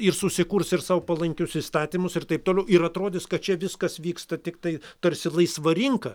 ir susikurs ir sau palankius įstatymus ir taip toliau ir atrodys kad čia viskas vyksta tiktai tarsi laisva rinka